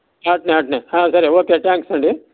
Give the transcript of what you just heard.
అట్లనే అట్లనే సరే ఓకే థాంక్స్ అండి